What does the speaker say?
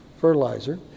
fertilizer